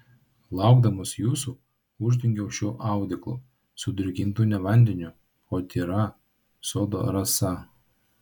laukdamas jūsų uždengiau šiuo audeklu sudrėkintu ne vandeniu o tyra sodo rasa